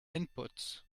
inputs